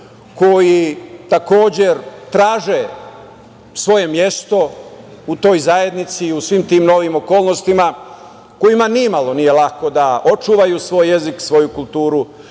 koji takođe traže svoje mesto u toj zajednici i u svim tim novim okolnostima, kojima ni malo nije lako da očuvaju svoj jezik, svoju kulturu